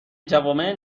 جوامع